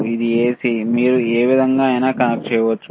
ఇది ఎసి మీరు ఏ విధంగా అయినా కనెక్ట్ చేయవచ్చు